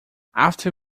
after